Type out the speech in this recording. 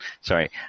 Sorry